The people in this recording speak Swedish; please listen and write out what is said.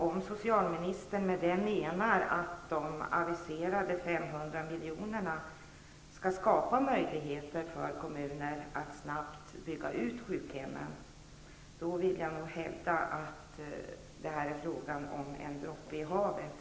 Om socialministern med det menar att de aviserade 500 miljonerna skall skapa möjligheter för kommuner att snabbt bygga ut sjukhemmen, vill jag hävda att det här är fråga om en droppe i havet.